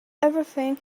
everything